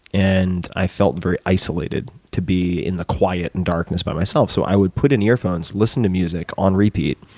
and i felt very isolated to be in the quiet and darkness by myself. so i would put in earphones, listen to music on repeat,